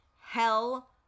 Hell